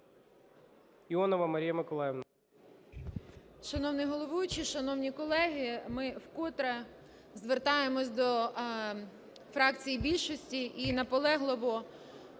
Іонова Марія Миколаївна.